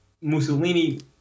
Mussolini